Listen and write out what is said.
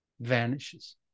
vanishes